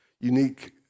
unique